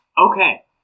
Okay